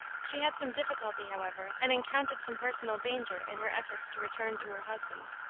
she had some difficulty, however, and encountered some personal danger, in her efforts to return to her husband.